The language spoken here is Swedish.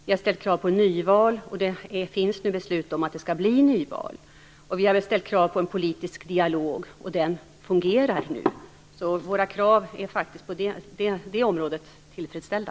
Vi har ställt krav på nyval, och det finns nu beslut om att det skall bli nyval. Vi har ställt krav på en politisk dialog, och den fungerar nu. Våra krav är faktiskt på det området tillgodosedda.